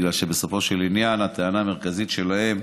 כי בסופו של עניין הטענה המרכזית שלהם